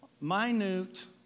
minute